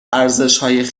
ارزشهای